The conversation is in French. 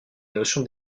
notions